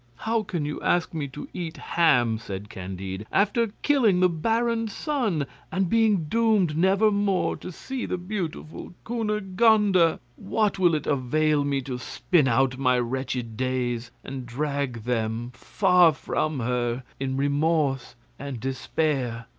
how can you ask me to eat ham, said candide, after killing the baron's son, and being doomed never more to see the beautiful cunegonde? ah what will it avail me to spin out my wretched days and drag them far from her in remorse and despair?